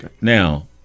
Now